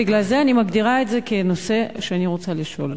ובגלל זה אני מגדירה את זה כנושא שאני רוצה לשאול.